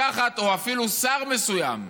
או אפילו שר מסוים,